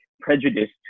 prejudiced